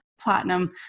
platinum